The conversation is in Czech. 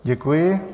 Děkuji.